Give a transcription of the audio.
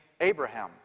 Abraham